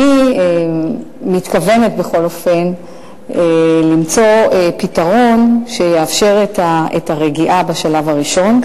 אני מתכוונת בכל אופן למצוא פתרון שיאפשר את הרגיעה בשלב הראשון,